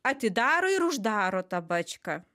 atidaro ir uždaro tą bačką